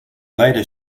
later